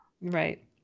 Right